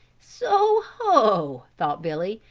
so, ho, thought billy,